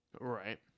Right